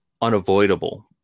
unavoidable